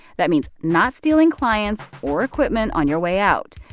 that means not stealing clients or equipment on your way out.